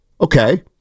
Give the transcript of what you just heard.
Okay